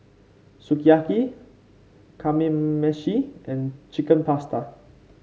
Sukiyaki Kamameshi and Chicken Pasta